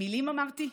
"מילים", אמרתי?